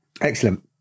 excellent